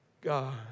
God